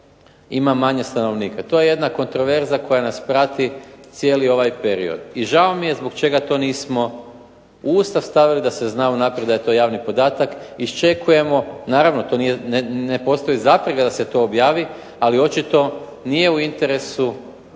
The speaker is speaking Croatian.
ima manje stanovnika. To je jedna kontroverza koja nas prati cijeli ovaj period i žao mi je zbog čega to nismo u Ustav stavili da se zna unaprijed da je to javni podatak. Iščekujemo, naravno ne postoji zapreka da se to objavi, ali očito nije u interesu